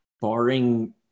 barring